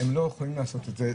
הם לא יכולים לעשות את זה.